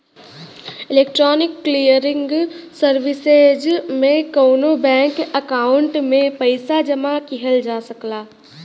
electronic clearing services में कउनो bank account में पइसा जमा किहल जा सकला